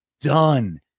done